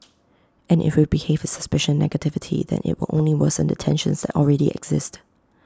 and if we behave with suspicion and negativity then IT will only worsen the tensions that already exist